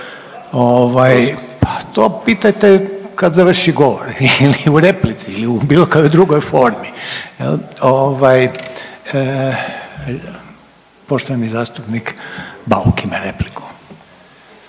to pitajte kad završi govor ili u replici ili u bilo kojoj drugoj formi. Ovaj, poštovani zastupnik Bauk ima repliku.